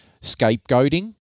scapegoating